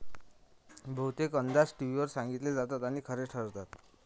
बहुतेक अंदाज टीव्हीवर सांगितले जातात आणि खरे ठरतात